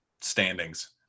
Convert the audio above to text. standings